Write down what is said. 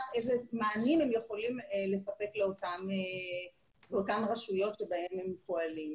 איזה מענים הם יכולים לספק באותן רשויות שבהן הם פועלים.